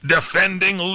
Defending